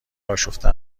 آشفته